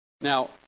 Now